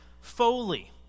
Foley